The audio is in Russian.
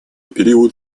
период